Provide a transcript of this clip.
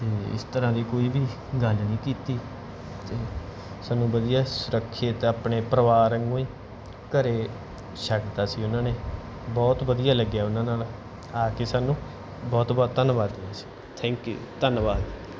ਇਸ ਤਰ੍ਹਾਂ ਦੀ ਕੋਈ ਵੀ ਗੱਲ ਨਹੀਂ ਕੀਤੀ ਅਤੇ ਸਾਨੂੰ ਵਧੀਆ ਸੁਰੱਖਿਅਤ ਆਪਣੇ ਪਰਿਵਾਰ ਵਾਂਗੂੰ ਹੀ ਘਰ ਛੱਡਤਾ ਸੀ ਉਹਨਾਂ ਨੇ ਬਹੁਤ ਵਧੀਆ ਲੱਗਿਆ ਉਹਨਾਂ ਨਾਲ ਆ ਕੇ ਸਾਨੂੰ ਬਹੁਤ ਬਹੁਤ ਧੰਨਵਾਦ ਵੀਰ ਜੀ ਥੈਂਕ ਯੂ ਧੰਨਵਾਦ